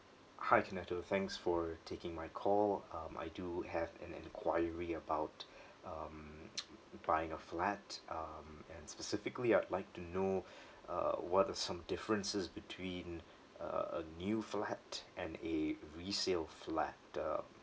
hi kinetto thanks for taking my call um I do have an enquiry about um buying a flat um and specifically I'd like to know uh what the some differences between a a new flat and a resale flat um